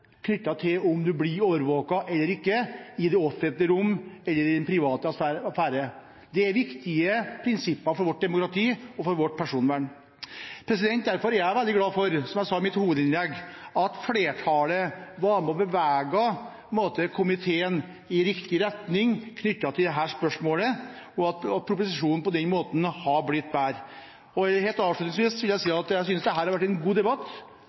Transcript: knyttet til om man blir overvåket eller ikke i det offentlige rom, eller i den private sfære. Det er viktige prinsipper for vårt demokrati og for vårt personvern. Derfor er jeg veldig glad for – som jeg sa i mitt hovedinnlegg – at flertallet var med på å bevege komiteen i riktig retning knyttet til dette spørsmålet, og at proposisjonen på den måten er blitt bedre. Helt avslutningsvis vil jeg si at jeg synes at dette har vært en god debatt